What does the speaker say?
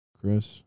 Chris